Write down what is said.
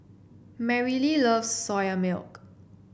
Merrily loves Soya Milk